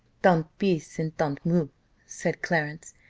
tant pis, and tant mieux said clarence,